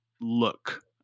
look